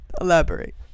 elaborate